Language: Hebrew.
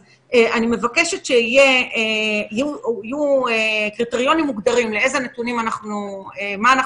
אני מבקשת שיהיו קריטריונים מוגדרים למה אנחנו